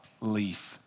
leaf